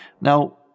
Now